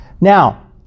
Now